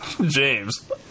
James